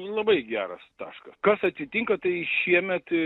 labai geras taškas kas atsitinka tai šiemet